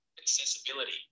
Accessibility